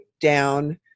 down